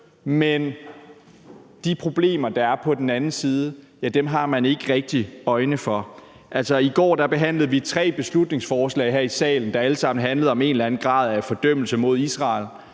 at de problemer, der er på den anden side, har man ikke rigtig øjne for. I går behandlede vi tre beslutningsforslag her i salen, der alle sammen handlede om en eller anden grad af fordømmelse mod Israel,